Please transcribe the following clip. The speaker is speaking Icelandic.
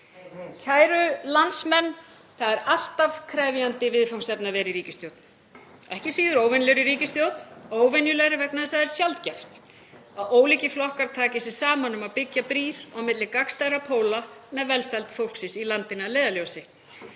Kæru landsmenn. Það er alltaf krefjandi viðfangsefni að vera í ríkisstjórn, ekki síður óvenjulegri ríkisstjórn. Óvenjulegri vegna þess að það er sjaldgæft að ólíkir flokkar taki sig saman um að byggja brýr á milli gagnstæðra póla með velsæld fólksins í landinu að leiðarljósi.